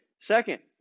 Second